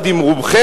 יחד עם רובכם,